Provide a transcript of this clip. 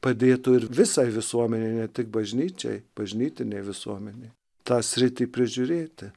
padėtų ir visai visuomenei ne tik bažnyčiai bažnytinei visuomenei tą sritį prižiūrėti